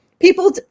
people